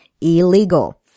illegal